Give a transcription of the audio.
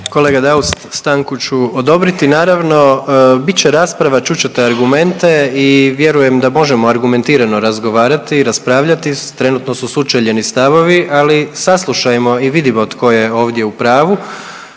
Kolega Daus, stanku ću odobriti. Naravno bit će rasprava, čut ćete argumente i vjerujem da možemo argumentirano razgovarati, raspravljati. Trenutno su sučeljeni stavovi, ali saslušajmo i vidimo tko je ovdje u pravu.